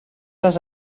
les